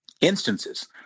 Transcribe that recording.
instances